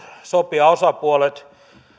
sopijaosapuolet